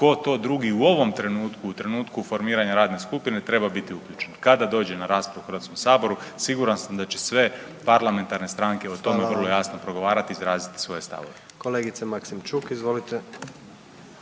tko to drugi u ovom trenutku, u trenutku formiranja radne skupine treba biti uključen. Kada dođe na raspravu u Hrvatskom saboru siguran sam da će sve parlamentarne stranke o tome vrlo jasno …/Upadica: Hvala vam./… i izraziti svoje stavove. **Jandroković,